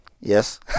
Yes